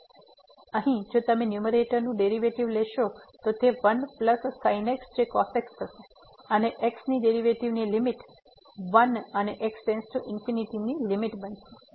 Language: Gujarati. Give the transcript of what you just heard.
તેથી અહીં જો તમે ન્યુમેરેટર નું ડેરીવેટીવ લેશો તો તે 1sin x જે cos x થશે અને X ની ડેરીવેટીવ ની લીમીટ 1 અને x→∞ ની લીમીટ બનશે